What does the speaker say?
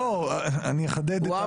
אני אחדד,